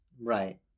Right